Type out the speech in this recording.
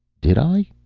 did i?